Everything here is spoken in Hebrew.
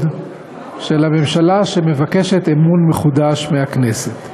של הממשלה שמבקשת אמון מחודש מהכנסת.